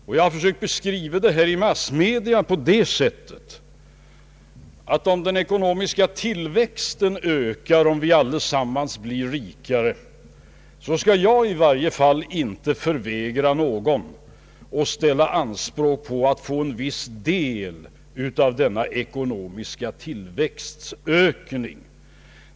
Jag har försökt beskriva det här i massmedia på det sättet att om den ekonomiska tillväxten ökar och vi allesammans blir rikare så kan jag inte förvägra någon att ställa anspråk på att få en viss del av denna ekonomiska tillväxtökning.